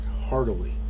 heartily